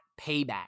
payback